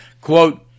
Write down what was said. Quote